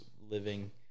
living